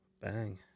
bang